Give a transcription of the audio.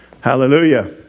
Hallelujah